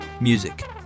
music